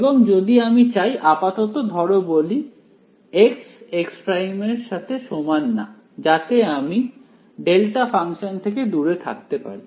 এবং যদি আমি চাই আপাতত ধরো বলি x ≠ x′ যাতে আমি ডেল্টা ফাংশন থেকে দূরে থাকতে পারি